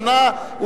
72 שנה,